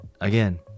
again